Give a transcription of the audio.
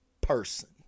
person